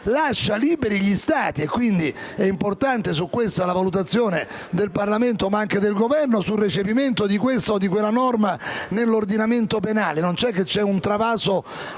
lascia liberi gli Stati. È quindi importante la valutazione del Parlamento ed anche del Governo sul recepimento di questa o quella norma nell'ordinamento penale, non essendovi un travaso